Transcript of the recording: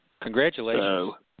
Congratulations